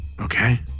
okay